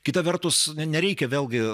kita vertus ne nereikia vėlgi